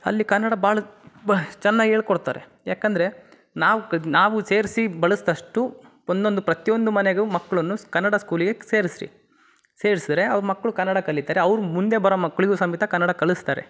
ಅಲ್ಲಿ ಕನ್ನಡ ಭಾಳ ಬ ಚೆನ್ನಾಗಿ ಹೇಳ್ಕೊಡ್ತಾರೆ ಯಾಕಂದರೆ ನಾವು ನಾವು ಸೇರಿಸಿ ಬಳಸಿದಷ್ಟೂ ಒಂದೊಂದು ಪ್ರತಿಯೊಂದು ಮನೆಗೂ ಮಕ್ಳನ್ನು ಕನ್ನಡ ಸ್ಕೂಲಿಗೆ ಸೇರಿಸ್ರಿ ಸೇರ್ಸ್ದ್ರೆ ಅವು ಮಕ್ಕಳು ಕನ್ನಡ ಕಲಿತಾರೆ ಅವ್ರು ಮುಂದೆ ಬರೋ ಮಕ್ಕಳಿಗೂ ಸಮೇತ ಕನ್ನಡ ಕಲಿಸ್ತಾರೆ